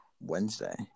Wednesday